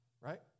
right